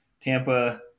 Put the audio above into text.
Tampa